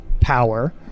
power